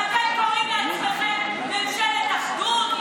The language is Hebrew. ואתם קוראים לעצמכם ממשלת אחדות,